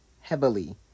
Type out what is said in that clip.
heavily